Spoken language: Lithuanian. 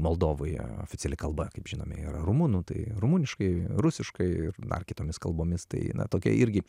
moldovoje oficiali kalba kaip žinome yra rumunų tai rumuniškai rusiškai ar kitomis kalbomis tai tokia irgi